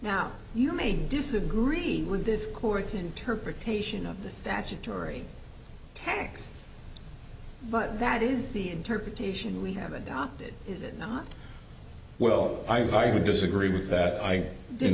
now you may disagree with this court's interpretation of the statutory tax but that is the interpretation we have adopted is it not well i really disagree with that i did